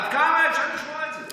עד כמה אפשר לשמוע את זה?